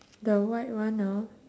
the white one hor